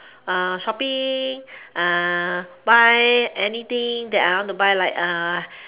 uh shopping uh buy anything that I want to buy like ah